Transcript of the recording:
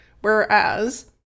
Whereas